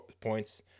points